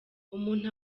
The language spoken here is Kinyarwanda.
umuntu